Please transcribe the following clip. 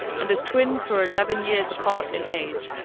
and as twins who are eleven years apart in age,